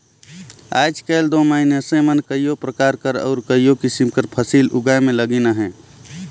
आएज काएल दो मइनसे मन कइयो परकार कर अउ कइयो किसिम कर फसिल उगाए में लगिन अहें